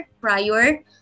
prior